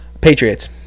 Patriots